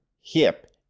hip